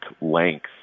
length